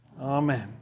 Amen